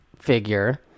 figure